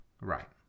Right